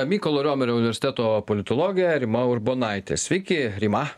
mykolo romerio universiteto politologė rima urbonaitė sveiki rima